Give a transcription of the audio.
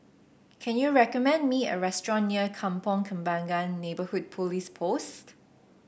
can you recommend me a restaurant near Kampong Kembangan Neighbourhood Police Post